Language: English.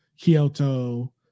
Kyoto